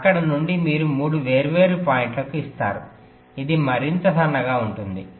అక్కడ నుండి మీరు మూడు వేర్వేరు పాయింట్లకు ఇస్తారు ఇది మరింత సన్నగా ఉంటుంది